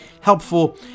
helpful